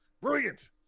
brilliant